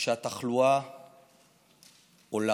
שהתחלואה עולה.